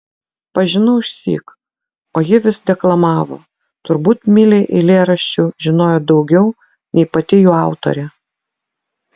pažinau išsyk o ji vis deklamavo turbūt milei eilėraščių žinojo daugiau nei pati jų autorė